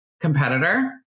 competitor